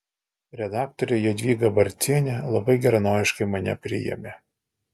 redaktorė jadvyga barcienė labai geranoriškai mane priėmė